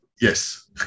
yes